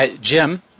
Jim